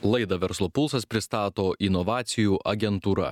laidą verslo pulsas pristato inovacijų agentūra